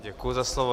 Děkuji za slovo.